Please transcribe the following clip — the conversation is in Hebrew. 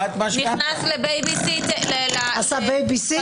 עשה בייביסיטר.